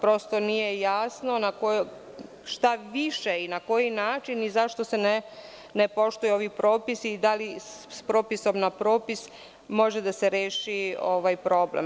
Prosto nije jasno šta piše i na koji način i zašto se ne poštuju ovi propisi i da li sa propisa na propis, može da se reši ovaj problem.